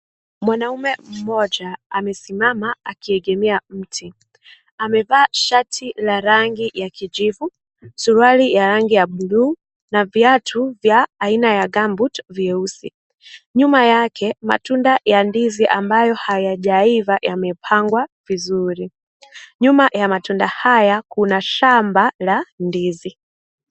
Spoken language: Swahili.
Mwanamume mmoja amesimama akiegemea mti. Amevaa shati la rangi ya kijivu, suruali ya rangi ya bluu na viatu vya aina ya gambuti virusi. Nyuma yake matunda ya ndizi ambayo hayajaiva yamepangwa vizuri. Nyuma ya matunda haya kuna shamba la ndizi.